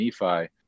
Nephi